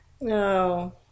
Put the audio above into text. No